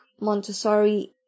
montessori